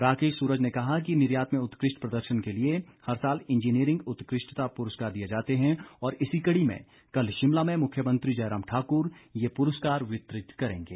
राकेश सूरज ने कहा कि निर्यात में उत्कृष्ट प्रदर्शन के लिए हर साल इंजीनियरिंग उत्कृष्ठता पुरस्कार दिए जाते हैं और इसी कड़ी में कल शिमला में मुख्यमंत्री जयराम ठाकुर ये पुरस्कार वितरित करेंगे